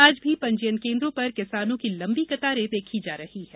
आज भी पंजीयन केन्द्रों पर किसानों की लंबी कतारे देखी जा रही हैं